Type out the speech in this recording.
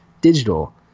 Digital